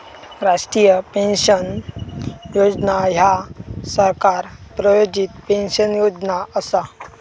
राष्ट्रीय पेन्शन योजना ह्या सरकार प्रायोजित पेन्शन योजना असा